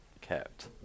kept